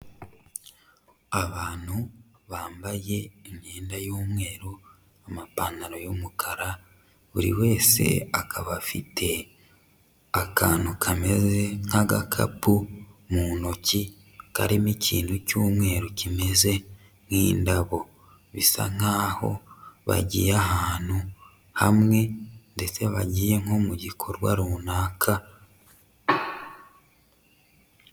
Abantu bambaye imyenda y,umweru, amapantaro y'umukara, buri wese akaba afite akantu kameze nk'agakapu mu ntoki, karimo ikintu cy'umweru kimeze nk'indabo. Bisa nkaho bagiye ahantu hamwe ndetse bagiye nko mu gikorwa runaka.